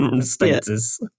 status